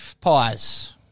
Pies